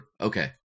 Okay